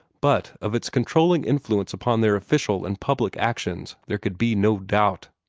but of its controlling influence upon their official and public actions there could be no doubt.